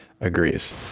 Agrees